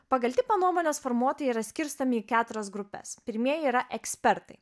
pagal tipą nuomonės formuotojai yra skirstomi į keturias grupes pirmieji yra ekspertai